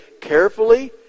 carefully